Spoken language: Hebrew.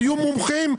היו מומחים,